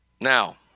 now